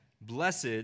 Blessed